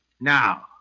Now